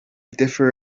differ